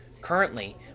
Currently